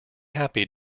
happy